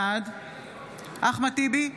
בעד אחמד טיבי,